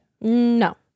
No